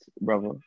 brother